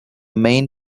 main